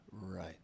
right